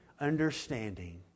understanding